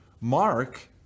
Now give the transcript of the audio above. Mark